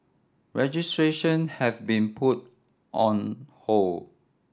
registration have been put on hold